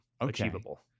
achievable